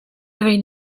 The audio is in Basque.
behin